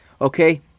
okay